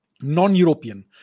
non-European